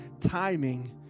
Timing